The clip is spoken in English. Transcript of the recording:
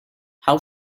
how